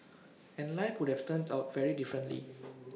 and life would have turned out very differently